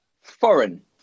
foreign